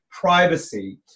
privacy